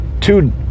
two